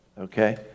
okay